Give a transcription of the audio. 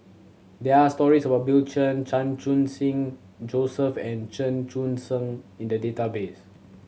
there are stories about Bill Chen Chan Khun Sing Joseph and Chen Sucheng in the database